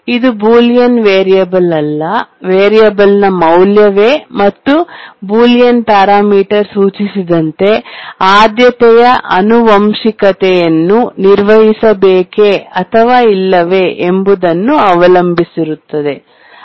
ಇದು ಬೂಲಿಯನ್ ವೇರಿಯೇಬಲ್ನ ಮೌಲ್ಯವೇ ಮತ್ತು ಬೂಲಿಯನ್ ಪ್ಯಾರಾಮೀಟರ್ ಸೂಚಿಸಿದಂತೆ ಆದ್ಯತೆಯ ಆನುವಂಶಿಕತೆಯನ್ನು ನಿರ್ವಹಿಸಬೇಕೇ ಅಥವಾ ಇಲ್ಲವೇ ಎಂಬುದನ್ನು ಅವಲಂಬಿಸಿರುತ್ತದೆ